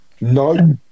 No